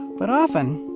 but often,